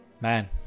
man